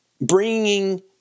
bringing